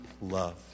love